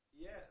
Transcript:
yes